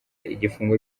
igifungo